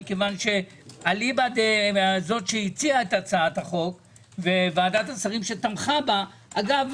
כי אליבא זאת שהציעה את הצעת החוק ו-וועדת השרים שתמכה בה אגב,